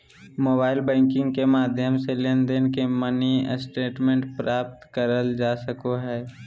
mobile banking के माध्यम से लेनदेन के मिनी स्टेटमेंट प्राप्त करल जा सको हय